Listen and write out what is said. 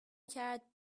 کرد